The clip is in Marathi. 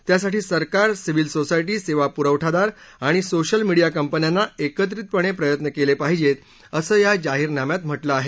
त्यासाठी सरकार सिव्हील सोसायटी सेवा पुरवठादार आणि सोशल मीडीया कंपन्यांना एकत्रितपणे प्रयत्न केले पाहिजेत असं या जाहीरनाम्यात म्हटलं आहे